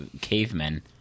cavemen